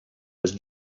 was